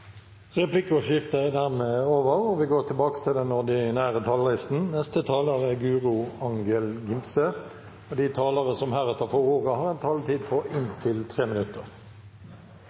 Replikkordskiftet er over. De talere som heretter får ordet, har også en taletid på inntil 3 minutter.